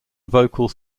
vocals